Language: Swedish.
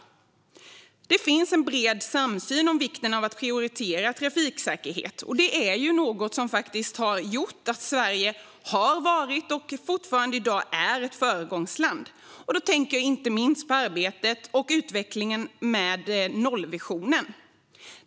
Riksrevisionens rapport om invester-ingsstödet till särskilda boenden för äldre Det finns en bred samsyn om vikten av att prioritera trafiksäkerhet, och det är något som har gjort att Sverige har varit och fortfarande i dag är ett föregångsland. Jag tänker inte minst på arbetet med och utvecklingen av nollvisionen.